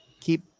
keep